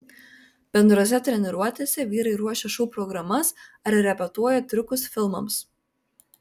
bendrose treniruotėse vyrai ruošia šou programas ar repetuoja triukus filmams